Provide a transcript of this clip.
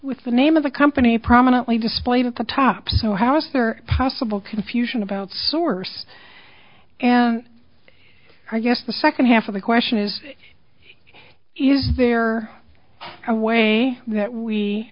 with the name of the company prominently displayed at the top so houses are possible confusion about source and i guess the second half of the question is is there a way that we